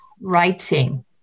writing